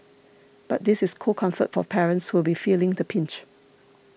but this is cold comfort for parents who'll be feeling the pinch